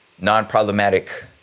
non-problematic